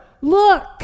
look